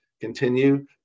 continue